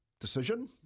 decision